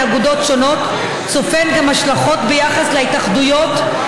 אגודות שונות צופן גם השלכות ביחס להתאחדויות,